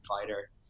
fighter